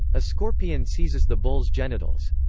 a scorpion seizes the bull's genitals.